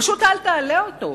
פשוט אל תעלה אותו.